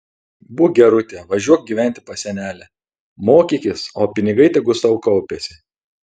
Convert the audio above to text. būk gerutė važiuok gyventi pas senelę mokykis o pinigai tegu sau kaupiasi